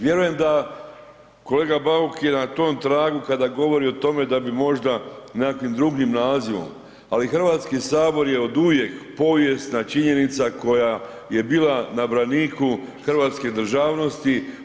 Vjerujem da kolega Bauk je na tom tragu kada govori o tome da bi možda nekakvim drugim nazivom, ali Hrvatski sabor je oduvijek povijesna činjenica koja je bila na braniku hrvatske državnosti.